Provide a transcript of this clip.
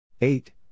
eight